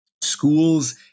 schools